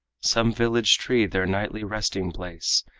some village tree their nightly resting place,